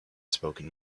spoken